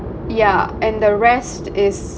yeah and the rest is